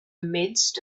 midst